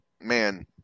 man